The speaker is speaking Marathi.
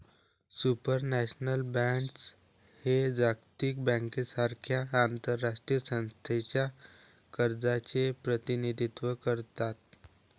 सुपरनॅशनल बॉण्ड्स हे जागतिक बँकेसारख्या आंतरराष्ट्रीय संस्थांच्या कर्जाचे प्रतिनिधित्व करतात